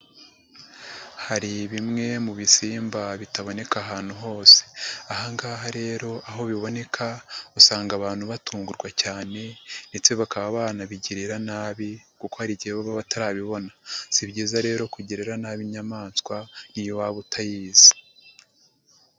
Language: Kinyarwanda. Hari bimwe mu bisimba bitaboneka ahantu hose, aha ngaha rero aho biboneka usanga abantu batungurwa cyane ndetse bakaba banabigirira nabi kuko hari igihe baba batarabibona, si byiza rero kugirira nabi inyamaswa n'iyo waba utayizi.